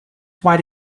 wide